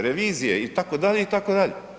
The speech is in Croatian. Revizije, itd., itd.